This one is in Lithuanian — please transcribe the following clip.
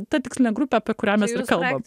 ta tikslinė grupė apie kurią mes ir kalbam